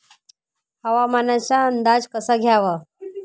हवामानाचा अंदाज कसा घ्यावा?